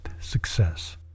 success